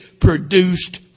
produced